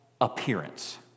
appearance